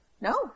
No